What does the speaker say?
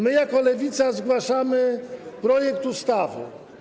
My jako Lewica zgłaszamy projekt ustawy.